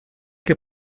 que